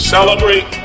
Celebrate